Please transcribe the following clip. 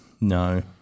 No